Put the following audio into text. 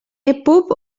epub